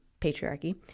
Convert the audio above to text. patriarchy